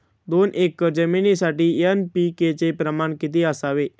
दोन एकर जमीनीसाठी एन.पी.के चे प्रमाण किती असावे?